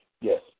Yes